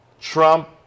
Trump